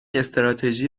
استراتژی